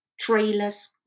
trailers